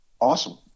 Awesome